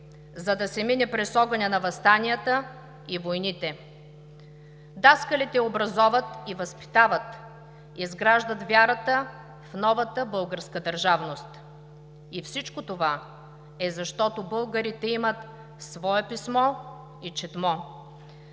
за да се мине през огъня на въстанията и войните. Даскалите образоват и възпитават, изграждат вярата в новата българска държавност. И всичко това е защото българите имат „свое писмо и четмо“,